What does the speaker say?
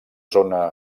zona